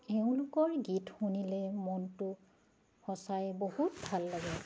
এওঁলোকৰ গীত শুনিলে মনটো সঁচাই বহুত ভাল লাগে